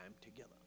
together